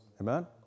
Amen